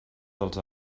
dels